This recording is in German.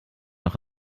noch